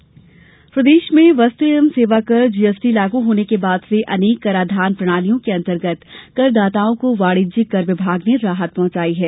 GST प्रदेश में वस्तु एवं सेवा कर लागू होने के बाद से अनेक कराधान प्रणालियों के अन्तर्गत कर दाताओं को वाणिज्यिक कर विभाग ने राहत पहुँचायी है